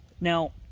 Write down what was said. Now